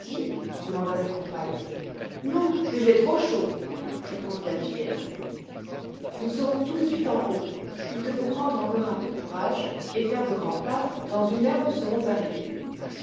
heidi demanda sa compagne non mais j'ai trop chaud répondit la fillette nous serons tout de suite en haut il te faut prendre encore un peu courage et faire de grands pas dans une heure nous serons arrivées